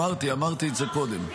אמרתי את זה קודם.